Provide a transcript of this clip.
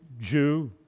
Jew